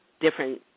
different